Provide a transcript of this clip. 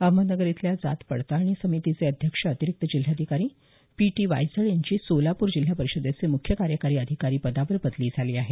अहमदनगर इथल्या जात पडताळणी समितीचे अध्यक्ष अतिरिक्त जिल्हाधिकारी पी टी वायचळ यांची सोलापूर जिल्हा परिषदेचे मुख्य कार्यकारी अधिकारी पदावर बदली झाली आहे